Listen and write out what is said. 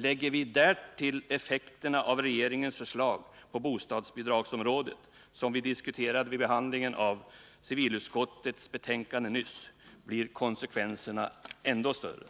Lägger vi därtill effekterna av regeringens förslag på bostadsbidragsområdet, som vi diskuterade vid behandlingen av civilutskottets betänkande nyss, blir konsekvenserna ännu större.